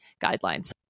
guidelines